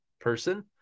person